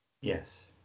Yes